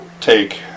take